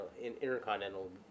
intercontinental